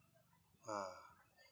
ah